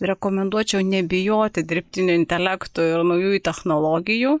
rekomenduočiau nebijoti dirbtinio intelekto ir naujųjų technologijų